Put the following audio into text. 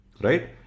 Right